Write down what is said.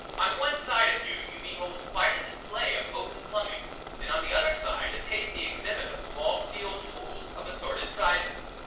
on one side of you you behold quite a display of open plumbing and on the other side a tasty exhibit of small steel tools of assorted sizes.